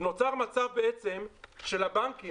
נוצר מצב בעצם שלבנקים,